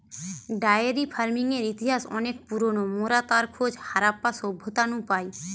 diary ফার্মিংয়ের ইতিহাস অনেক পুরোনো, মোরা তার খোঁজ হারাপ্পা সভ্যতা নু পাই